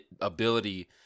ability